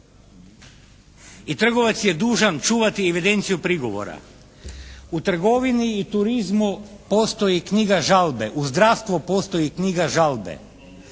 i trgovac je dužan čuvati evidenciju prigovora. U trgovini i turizmu postoji knjiga žalbe. U zdravstvu postoji knjiga žalbe